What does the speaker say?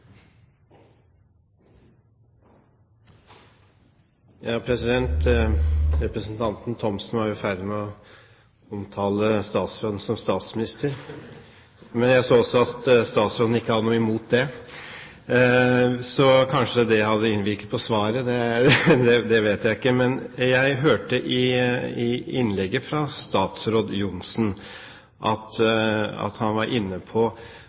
Representanten Thomsen var i ferd med å omtale statsråden som statsminister, men jeg så også at statsråden ikke hadde noe imot det! Kanskje det hadde innvirket på svaret? Det vet jeg ikke. Jeg hørte i innlegget fra statsråd Johnsen at han var inne på at det kanskje var bedre å synliggjøre den støtte som f.eks. et momsfritak innebærer, gjennom å få det på